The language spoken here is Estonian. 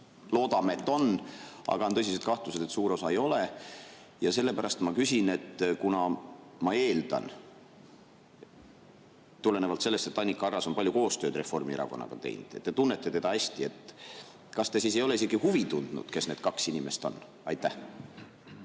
Loodame, et on, aga on tõsised kahtlused, et suur osa ei ole. Sellepärast ma küsin – kuna ma eeldan, tulenevalt sellest, et Annika Arras on palju koostööd Reformierakonnaga teinud ja te tunnete teda hästi –, kas te siis ei ole isegi huvi tundnud, kes need kaks inimest on? Aitäh!